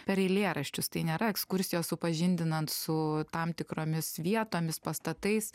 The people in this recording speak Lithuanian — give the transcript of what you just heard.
per eilėraščius tai nėra ekskursijos supažindinant su tam tikromis vietomis pastatais